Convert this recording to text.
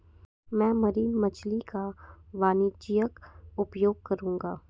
मैं मरीन मछली का वाणिज्यिक उपयोग करूंगा